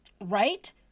Right